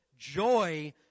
joy